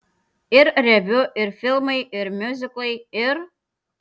ir reviu ir filmai ir miuziklai ir